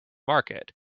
market